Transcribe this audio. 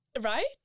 right